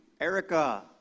Erica